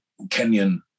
Kenyan